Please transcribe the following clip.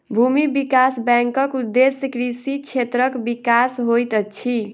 भूमि विकास बैंकक उदेश्य कृषि क्षेत्रक विकास होइत अछि